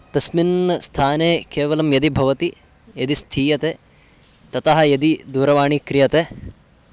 तस्मिन् स्थाने केवलं यदि भवति यदि स्थीयते ततः यदि दूरवाणी क्रियते